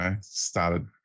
started